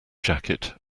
jacket